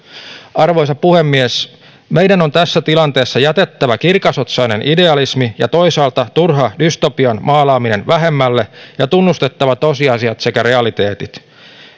arvoisa puhemies meidän on tässä tilanteessa jätettävä kirkasotsainen idealismi ja toisaalta turha dystopian maalaaminen vähemmälle ja tunnustettava tosiasiat sekä realiteetit